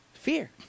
fear